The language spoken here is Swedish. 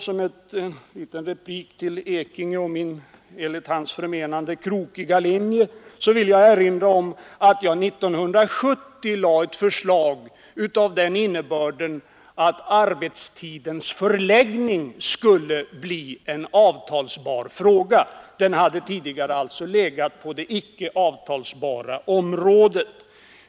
Som en ytterligare replik till herr Ekinge om min enligt hans förmenande krokiga linje vill jag erinra om att jag 1970 framlade ett förslag om att arbetstidens förläggning skulle bli en avtalsbar fråga; den hade tidigare tillhört det icke avtalsbara området.